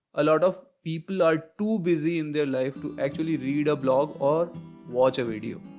a lot of people are too busy in their life to actually read a blog or watch a video,